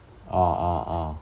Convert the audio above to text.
ah ah ah